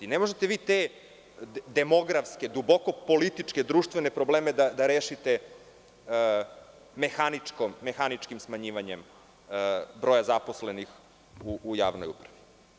Ne možete vi te demografske, duboko političke, društvene probleme da rešite mehaničkim smanjivanjem broja zaposlenih u javnoj upravi.